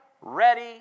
ready